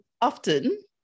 often